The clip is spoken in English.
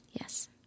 Yes